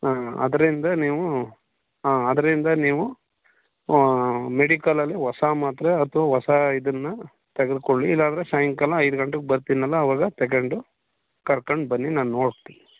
ಹಾಂ ಅದರಿಂದ ನೀವು ಹಾಂ ಅದರಿಂದ ನೀವು ಮೆಡಿಕಲಲ್ಲಿ ಹೊಸ ಮಾತ್ರೆ ಅಥವಾ ಹೊಸ ಇದನ್ನು ತೆಗೆದ್ಕೊಳ್ಳಿ ಇಲ್ಲಾಂದರೆ ಸಾಯಂಕಾಲ ಐದು ಗಂಟೆಗೆ ಬರ್ತೀನಲ್ಲ ಅವಾಗ ತಗೊಂಡು ಕರ್ಕೊಂಡು ಬನ್ನಿ ನಾನು ನೋಡ್ತೀನಿ